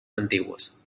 antiguos